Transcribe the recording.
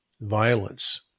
violence